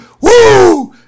Woo